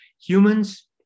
humans